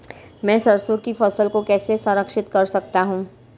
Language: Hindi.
मैं सरसों की फसल को कैसे संरक्षित कर सकता हूँ?